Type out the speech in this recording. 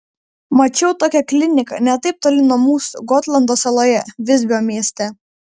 mačiau tokią kliniką ne taip toli nuo mūsų gotlando saloje visbio mieste